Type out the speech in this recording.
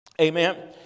amen